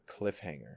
cliffhanger